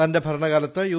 തന്റെ ഭരണകാലത്ത് യു